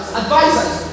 advisors